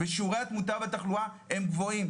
ושיעורי התמותה והתחלואה הם גבוהים,